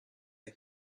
the